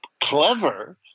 clever